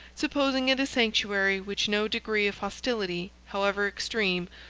supposing it a sanctuary which no degree of hostility, however extreme,